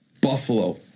Buffalo